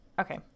okay